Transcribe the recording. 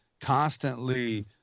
constantly